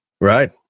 right